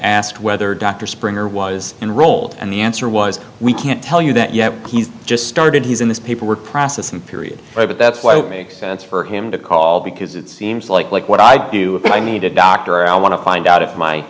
asked whether dr springer was enrolled and the answer was we can't tell you that yet he's just started he's in this paperwork process and period but that's why it makes sense for him to call because it seems like like what i do if i need a doctor i want to find out if my